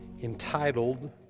entitled